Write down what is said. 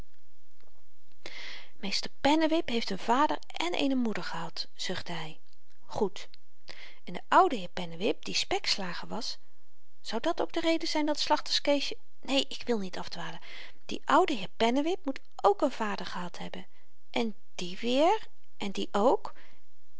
meester pennewip heeft n vader en eene moeder gehad zuchtte hy goed en de oude heer pennewip die spekslager was zou dàt ook de reden zyn dat slachterskeesje neen ik wil niet afdwalen die oude heer pennewip moet ook n vader gehad hebben en die weer en die ook